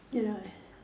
you know